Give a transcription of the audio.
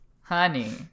Honey